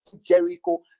Jericho